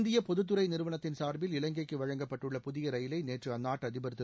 இந்திய பொதுத்துறை நிறுவனத்தின் சார்பில் இலங்கைக்கு வழங்கப்பட்டுள்ள புதிய ரயிலை நேற்று அந்நாட்டு அதிபர் திரு